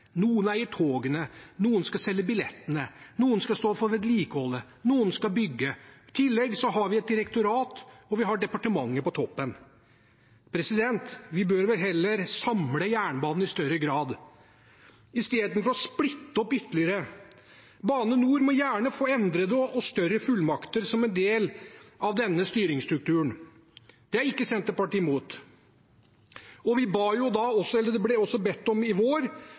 Noen eier togene, noen skal selge billettene, noen skal stå for vedlikeholdet, noen skal bygge. I tillegg har vi et direktorat, og vi har departementet på toppen. Vi bør vel heller samle jernbanen i større grad, i stedet for å splitte opp ytterligere. Bane NOR må gjerne få endrede og større fullmakter som en del av denne styringsstrukturen. Det er Senterpartiet ikke imot. Det ble i vår også bedt om at sektoren skulle vurdere dette, og vi fremmer det som et eget forslag også i